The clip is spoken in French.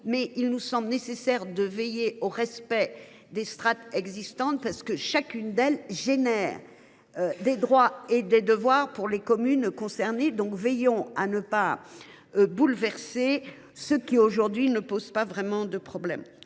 Il nous semble nécessaire de veiller au respect des strates existantes, car chacune d’elles prévoit des droits et des devoirs pour les communes concernées : veillons à ne pas bouleverser ce qui ne pose pas véritablement problème